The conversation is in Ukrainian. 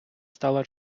стала